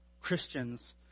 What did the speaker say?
Christians